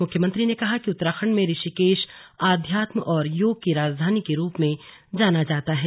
मुख्यमंत्री ने कहा कि उत्तराखण्ड में ऋषिकेश अध्यात्म और योग की राजधानी के रूप में जाना जाता है